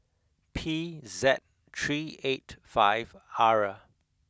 P Z three eight five R